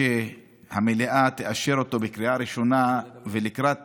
שהמליאה תאשר אותו בקריאה ראשונה ולקראת